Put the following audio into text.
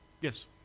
yes